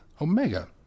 Omega